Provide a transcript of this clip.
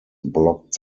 blocked